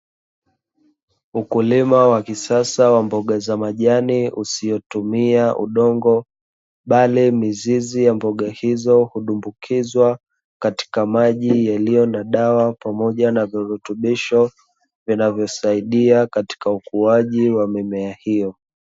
Ukulima wa kisasa wa mboga za majani usiotumia udongo, bali mizizi ya mboga hizo hudumbukizwa katika maji yaliyo na dawa pamoja na virutubisho vinavyosaidia katika ukuaji wa mimea hiyo.